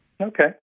Okay